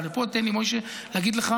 אבל פה, תן לי, משה, באמת להגיד לך